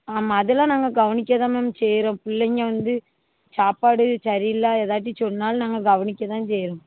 ஆமாம் அதெலாம் நாங்கள் கவனிக்கத்தான் மேம் செய்கிறோம் பிள்ளைங்க வந்து சாப்பாடு சரியில்லை ஏதாட்டி சொன்னாலும் நாங்கள் கவனிக்கத்தான் செய்கிறோம்